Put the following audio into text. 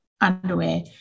underwear